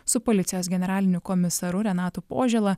su policijos generaliniu komisaru renatu požėla